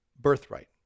birthright